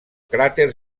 cràter